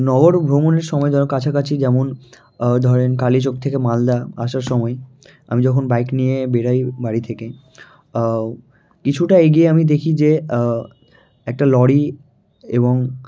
নগর ভ্রমণের সময় ধরো কাছাকাছি যেমন ধরেন কালিয়াচক থেকে মালদা আসার সময়ে আমি যখন বাইক নিয়ে বেরোই বাড়ি থেকে কিছুটা এগিয়ে আমি দেখি যে একটা লরি এবং